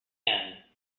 end